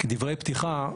כדברי פתיחה,